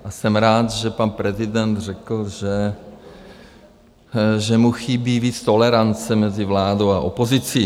A jsem rád, že pan prezident řekl, že mu chybí víc tolerance mezi vládou a opozicí.